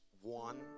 one